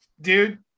Dude